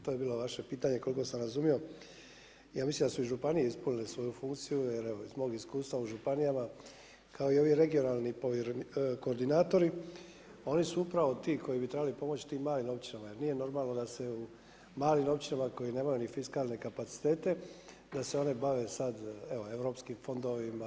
To je bilo vaše pitanje koliko sam razumio, ja mislim da su i županije ispunile svoju funkciju jer iz mog iskustva u županijama kao i ovim regionalni koordinatori, oni su upravo ti koji bi trebali pomoći tim malim općinama jer nije normalno da se male općine koje nemaju ni fiskalne kapacitete, da se one bave sad europskim fondovima.